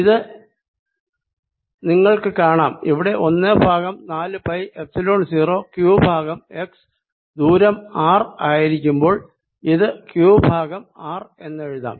ഇത് നിങ്ങൾക്ക് കാണാം ഇവിടെ ഒന്ന് ബൈ നാലു pi epsilon 0 q by x ദൂരം r ആയിരിക്കുമ്പോൾ ഇത് ക്യൂ ബൈ r എന്ന് എഴുതാം